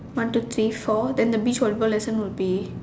one two three four then the beach volleyball lesson would be